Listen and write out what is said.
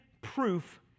proof